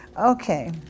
Okay